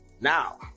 now